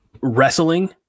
wrestling